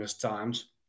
times